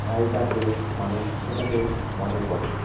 আগেকার দিনের মানুষ সেটাকে মনে করে